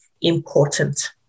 important